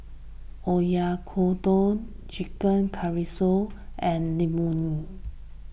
Oyakodon Chicken Casserole and Imoni